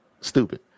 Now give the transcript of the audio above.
Stupid